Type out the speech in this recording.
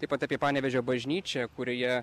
taip pat apie panevėžio bažnyčią kurioje